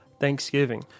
thanksgiving